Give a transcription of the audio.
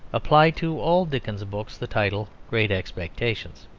apply to all dickens's books the title great expectations.